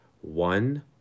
one